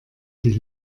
die